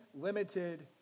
limited